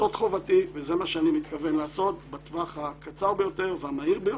זאת חובתי וזה מה שאני מתכוון לעשות בטווח הקצר ביותר והמהיר ביותר,